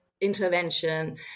intervention